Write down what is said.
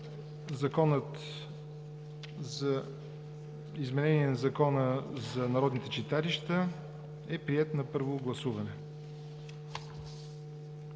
Законопроектът за изменение на Закона за народните читалища е приет на първо гласуване.